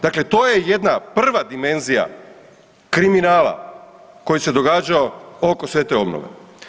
Dakle to je jedna prva dimenzija kriminala koji se događao oko sve te obnove.